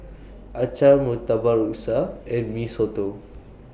Acar Murtabak Rusa and Mee Soto